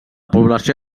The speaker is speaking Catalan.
població